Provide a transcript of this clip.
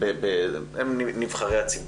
הם נבחרי הציבור.